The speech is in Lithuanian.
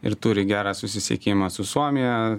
ir turi gerą susisiekimą su suomija